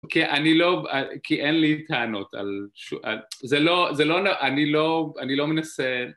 כי אני לא בא כי אין לי טענות, אל.. אני לא מנסה